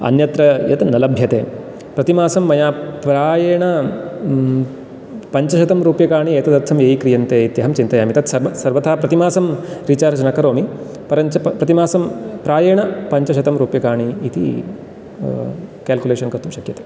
अन्यत्र यत् न लभ्यते प्रतिमासं मया प्रायेण पञ्चशतं रूप्यकाणि एतदर्थं व्ययीक्रियन्ते इति अहं चिनयामि तत् सर्वथा प्रतिमासं रिचार्ज् न करोमि परञ्च प्रतिमासं प्रायेण पञ्चशतं रूप्यकाणि इति केल्क्युलेशन् कर्तुं शक्यते